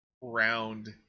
round